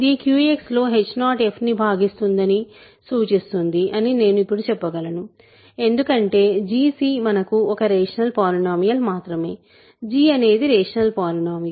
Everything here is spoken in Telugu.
ఇది QX లో h0 f ను భాగిస్తుందని సూచిస్తుంది అని నేను ఇప్పుడు చెప్పగలను ఎందుకంటే gc మనకు ఒక రేషనల్ పాలినోమీయల్ మాత్రమే g అనేది రేషనల్ పాలినోమీయల్